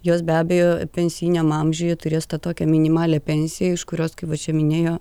jos be abejo pensiniam amžiuje turės tą tokią minimalią pensiją iš kurios kaip va čia minėjo